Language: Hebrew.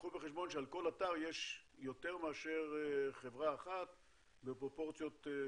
קחו בחשבון שעל כל אתר יש יותר מאשר חברה אחת בפרופורציות שונות,